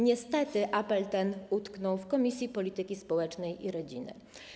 Niestety apel ten utknął w Komisji Polityki Społecznej i Rodziny.